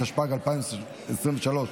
התשפ"ג 2023,